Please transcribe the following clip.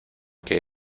que